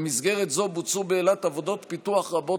במסגרת זו בוצעו באילת עבודות פיתוח רבות